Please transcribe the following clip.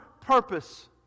purpose